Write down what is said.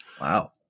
wow